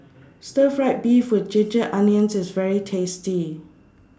Stir Fried Beef with Ginger Onions IS very tasty